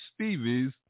Stevies